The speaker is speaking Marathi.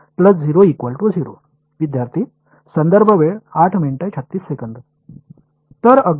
विद्यार्थी तर अगदी